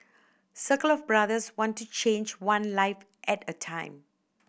circle of Brothers wants to change one life at a time